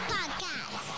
Podcast